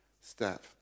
step